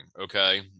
Okay